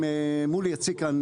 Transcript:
אם מולי יציג כאן,